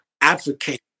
advocate